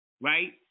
right